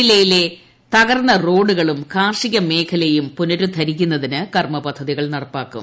ജില്ലയിലെ ്തകർന്ന റോഡുകളും കാർഷിക മേഖലയും പുനരുദ്ധരിക്കുന്നതിന് കർമ്മപദ്ധതികൾ നടപ്പിലാക്കും